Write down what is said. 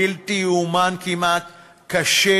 בלתי ייאמן כמעט, קשה